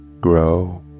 grow